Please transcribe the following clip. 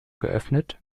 geöffnet